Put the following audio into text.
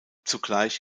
zugleich